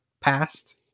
past